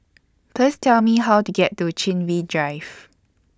Please Tell Me How to get to Chin Bee Drive